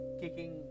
kicking